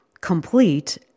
complete